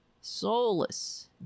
Soulless